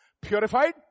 Purified